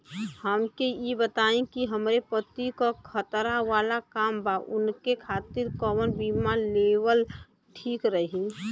हमके ई बताईं कि हमरे पति क खतरा वाला काम बा ऊनके खातिर कवन बीमा लेवल ठीक रही?